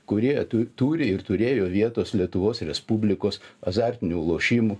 kurie tu turi ir turėjo vietos lietuvos respublikos azartinių lošimų